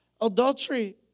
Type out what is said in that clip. Adultery